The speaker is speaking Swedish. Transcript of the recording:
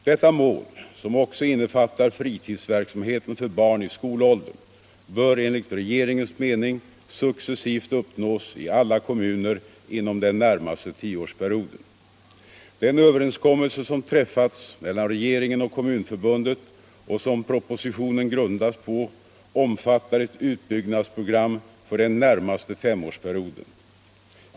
Detta mål, som också innefattar fritidsverksamheten för barn i skolåldern, bör enligt regeringens mening successivt uppnås i alla kommuner inom den närmaste tioårsperioden. Den överenskommelse som träffats mellan regeringen och Kommunförbundet och som propositionen grundas på omfattar ett utbyggnadsprogram för den närmaste femårsperioden.